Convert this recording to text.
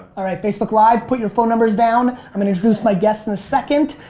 all right, facebook live, put your phone numbers down, i'm gonna introduce my guests in a second,